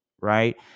Right